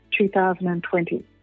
2020